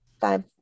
five